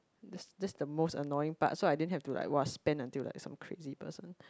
that's that's the most annoying part so I didn't have to like !wah! spend until like some crazy person